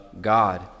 God